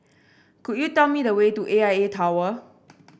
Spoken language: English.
could you tell me the way to A I A Tower